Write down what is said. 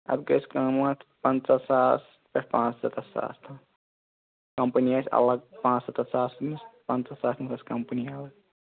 اتھ گَژھِ قٍمَت پَنٛژاہ ساس پیٚٹھٕ پانٛژسَتَتھ ساس تام کَمپنی آسہِ اَلَگ پانٛژسَتَتھ ساس نہِ پَنٛژاہ ساس نہِ آسہِ کَمپنی بیٛاکھ